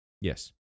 Yes